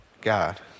God